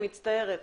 אני מצטערת.